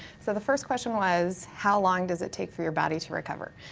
so the first question was how long does it take for your body to recover?